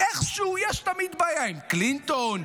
איכשהו יש תמיד בעיה עם קלינטון,